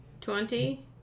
twenty